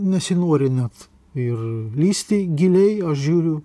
nesinori net ir lįsti giliai žiūriu